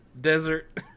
desert